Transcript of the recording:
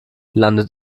landet